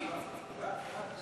24